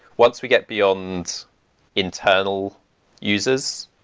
once we get beyond internal users,